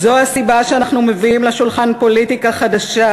זו הסיבה שאנחנו מביאים לשולחן פוליטיקה חדשה,